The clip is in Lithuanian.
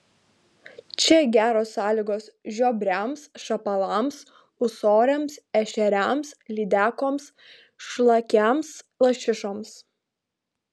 čia geros sąlygos žiobriams šapalams ūsoriams ešeriams lydekoms šlakiams lašišoms